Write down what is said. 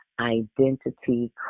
identity